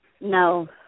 No